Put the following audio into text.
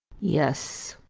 yes.